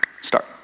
start